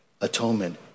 atonement